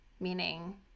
meaning